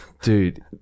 dude